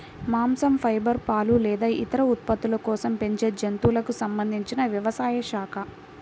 మాంసం, ఫైబర్, పాలు లేదా ఇతర ఉత్పత్తుల కోసం పెంచే జంతువులకు సంబంధించిన వ్యవసాయ శాఖ